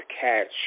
catch